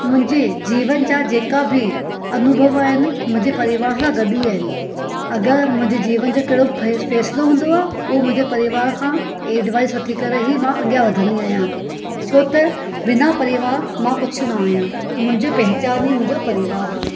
मुंहिंजे जीवन जा जेका बि अनुभव आहिनि मुंहिंजे परिवार सां गॾु ई आहिनि अगरि मुंहिंजे जीवन जो कहिड़ो फ़ैसलो हूंदो आहे उहो मुंहिंजे परिवार खां एडवाइज़ वठी करे ई मां अॻियां वधंदी आहियां छो त बिना परिवार मां कुझु न आहियां मुंहिंजो पहचान ई मुंहिंजो परिवारु आहे